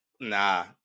Nah